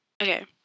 Okay